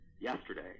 yesterday